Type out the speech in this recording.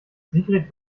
sigrid